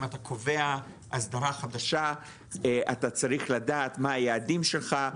אם אתה קובע אסדרה חדשה אתה צריך לדעת מה היעדים שלך,